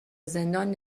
زندان